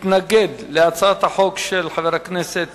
חבר הכנסת דב חנין מתנגד להצעת החוק של חברי הכנסת